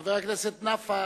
חבר הכנסת נפאע,